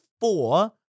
four